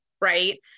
Right